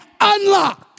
unlock